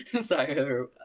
Sorry